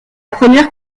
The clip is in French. première